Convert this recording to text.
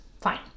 fine